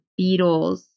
Beatles